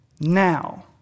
now